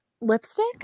lipstick